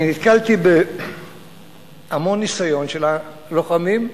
אני נתקלתי בהמון ניסיון של הלוחמים,